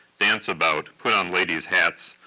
dance about, put on ladies hats,